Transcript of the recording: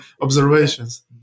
observations